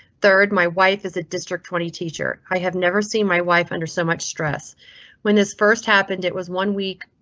third, my wife is a district twenty teacher. i have never seen my wife under so much stress when this first happened. it was one week.